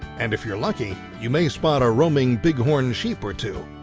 and if you're lucky, you may spot are roaming bighorn sheep or two.